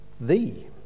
thee